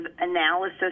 analysis